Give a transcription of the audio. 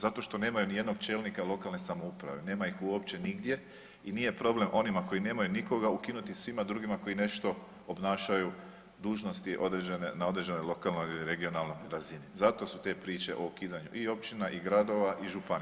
Zato što nemaju nijednog čelnika lokalne samouprave, nama ih uopće nigdje i nije problem onima koji nemaju nikoga ukinuti svima drugima koji nešto obnašaju dužnosti na određenoj lokalnoj ili regionalnoj razini, zato su te priče o ukidanju i općina i gradova i županija.